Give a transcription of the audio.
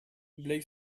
blake